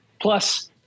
plus